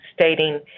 stating